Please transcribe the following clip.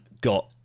got